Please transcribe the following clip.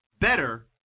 better